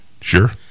Sure